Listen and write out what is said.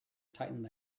tightened